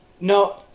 No